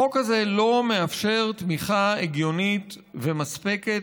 החוק הזה לא מאפשר תמיכה הגיונית ומספקת